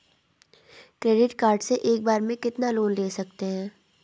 Credit card से एक बार में कितना लोन ले सकते हैं?